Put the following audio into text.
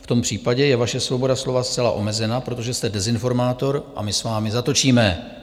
V tom případě je vaše svoboda slova zcela omezena, protože jste dezinformátor a my s vámi zatočíme!